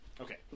Okay